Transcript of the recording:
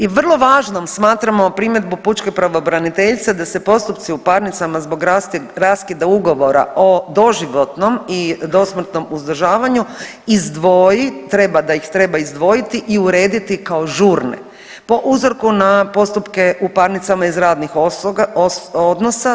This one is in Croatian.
I vrlo važnom smatramo primjedbu pučke pravobraniteljice da se postupci u parnicama zbog raskida ugovora o doživotnom i dosmrtnom uzdržavanju izdvoji, da ih treba izdvojiti i urediti kao žurne po uzorku na postupke u parnicama iz radnoga odnosa.